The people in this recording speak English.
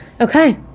okay